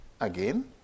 again